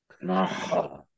No